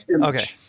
okay